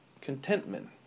Contentment